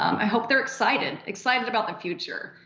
i hope they're excited, excited about the future.